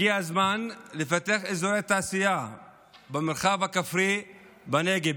הגיע הזמן לפתח אזורי תעשיה במרחב הכפרי בנגב,